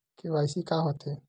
KYC का होथे?